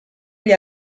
gli